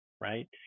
right